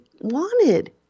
wanted